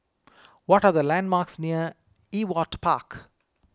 what are the landmarks near Ewart Park